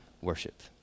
worship